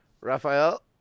Raphael